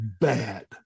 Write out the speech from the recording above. bad